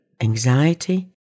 anxiety